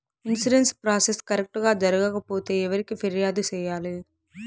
insurance process correct గా జరగకపోతే ఎవరికి ఫిర్యాదు సేయాలి